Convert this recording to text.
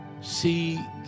see